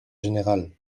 général